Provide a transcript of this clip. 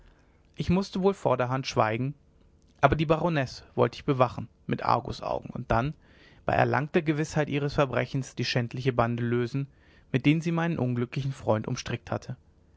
ich mußte wohl vorderhand schweigen aber die baronesse wollte ich bewachen mit argusaugen und dann bei erlangter gewißheit ihres verbrechens die schändlichen bande lösen mit denen sie meinen unglücklichen freund umstrickt hatte